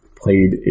played